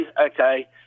okay